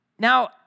Now